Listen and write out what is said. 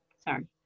sorry